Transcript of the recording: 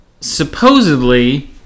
supposedly